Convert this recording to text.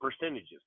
percentages